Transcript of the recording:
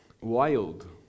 Wild